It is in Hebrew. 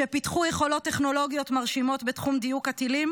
שפיתחו יכולות טכנולוגיות מרשימות בתחום דיוק הטילים